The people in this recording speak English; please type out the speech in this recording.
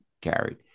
carried